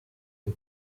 der